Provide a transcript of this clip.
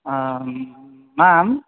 आम् मां